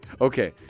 Okay